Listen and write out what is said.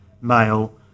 male